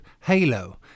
Halo